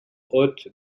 haute